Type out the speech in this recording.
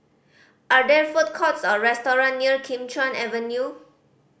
are there food courts or restaurants near Kim Chuan Avenue